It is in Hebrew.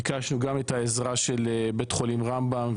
ביקשנו גם את העזרה של בית חולים רמב"ם,